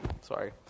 sorry